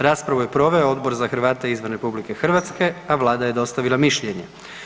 Raspravu je proveo Odbor za Hrvate izvan RH a Vlada je dostavila mišljenje.